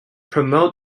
promote